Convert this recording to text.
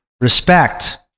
respect